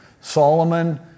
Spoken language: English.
Solomon